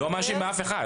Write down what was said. אני לא מאשים אף אחד.